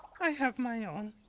i have my own.